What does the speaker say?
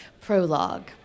Prologue